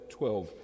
12